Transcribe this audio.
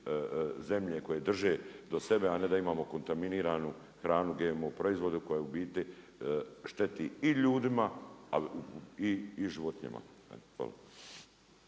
zemlje koje drže do sebe, a ne da imamo kontaminiranu hranu GMO proizvoda koja u biti, šteti i ljudima i životinjama.